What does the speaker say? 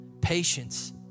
patience